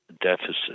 deficit